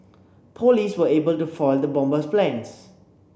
police were able to foil the bomber's plans